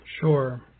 Sure